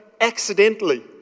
accidentally